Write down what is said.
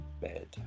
bed